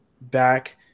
back